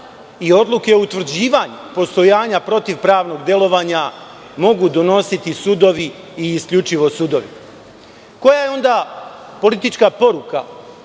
i odluke o utvrđivanju postojanja protiv-pravnog delovanja mogu donositi sudovi i isključivo sudovi. Koja je onda politička poruka